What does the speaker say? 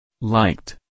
Liked